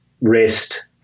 rest